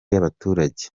y’abaturage